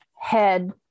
head